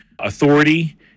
authority